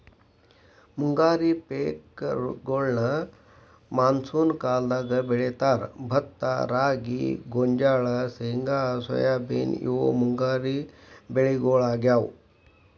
ಮುಂಗಾರಿ ಪೇಕಗೋಳ್ನ ಮಾನ್ಸೂನ್ ಕಾಲದಾಗ ಬೆಳೇತಾರ, ಭತ್ತ ರಾಗಿ, ಗೋಂಜಾಳ, ಶೇಂಗಾ ಸೋಯಾಬೇನ್ ಇವು ಮುಂಗಾರಿ ಬೆಳಿಗೊಳಾಗ್ಯಾವು